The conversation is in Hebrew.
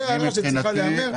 זו הערה שצריכה להיאמר.